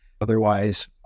otherwise